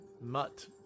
Mutt